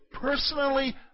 personally